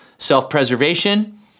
Self-preservation